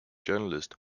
journalist